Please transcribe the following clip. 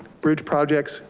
bridge projects,